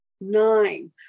nine